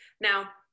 Now